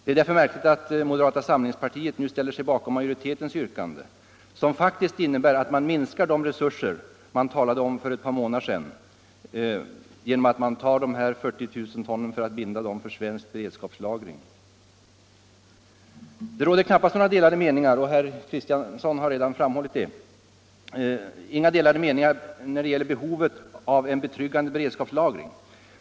Det är därför märkligt att moderata samlingspartiet nu ställer sig bakom majoritetens yrkande, som faktiskt innebär att man minskar de resurser som man talade om för ett par månader sedan med 40 000 ton för att binda dem för svensk beredskapslagring. Det råder, som herr Kristiansson framhållit, knappast några delade meningar om behovet av en betryggande beredskapslagring.